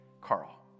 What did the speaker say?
Carl